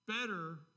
better